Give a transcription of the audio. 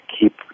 keep